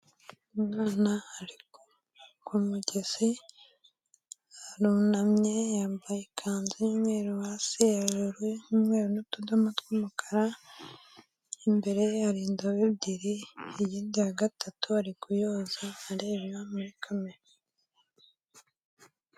Umwana ariko ku mugezi arunamye yambaye ikanzu y'umweru ha se ya ruru n'umweru n'udomo tw'umukara, imbere hari indovu ebyiri iyinndi ya gatatu ari kuyoza arebabera muri kamera.